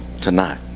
tonight